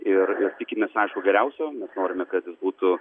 ir ir tikimės aišku geriausio mes norime kad jis būtų